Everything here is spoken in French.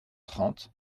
trente